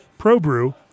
ProBrew